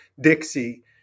Dixie